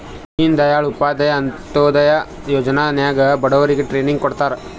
ದೀನ್ ದಯಾಳ್ ಉಪಾಧ್ಯಾಯ ಅಂತ್ಯೋದಯ ಯೋಜನಾ ನಾಗ್ ಬಡುರಿಗ್ ಟ್ರೈನಿಂಗ್ ಕೊಡ್ತಾರ್